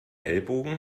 ellbogen